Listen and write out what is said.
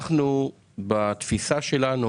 בתפיסה שלנו